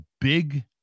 big